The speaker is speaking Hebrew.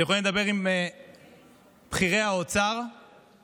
אתם יכולים לדבר עם בכירי האוצר שבאו